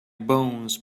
bones